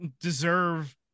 deserve